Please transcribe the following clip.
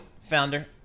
founder